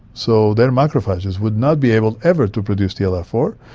so their macrophages would not be able ever to produce t l r four.